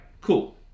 cool